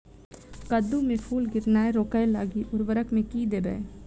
कद्दू मे फूल गिरनाय रोकय लागि उर्वरक मे की देबै?